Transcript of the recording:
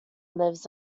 lives